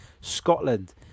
Scotland